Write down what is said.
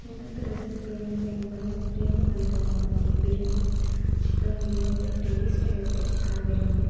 ಇನ್ನೊಂದು ರೆಸಿಪಿ ಅಂದರೆ ಏನಪ್ಪಾ ಅಂದರೆ ಬಿರಿಯಾನಿ ಮಾಡಿದ್ದೋ ನಾವು ಮನೆಯಲ್ಲಿ ಬಿರಿಯಾನಿ ಚಿಕನ್ ಬಿರಿಯಾನಿ ಅಂದರೆ ಟೇಸ್ಟಾಗಿರುತ್ತೆ ಚಿಕನ್ ಬಿರಿಯಾನಿ